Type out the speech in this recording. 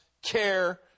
Care